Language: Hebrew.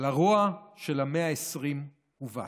אבל הרוע של המאה ה-20 הובס.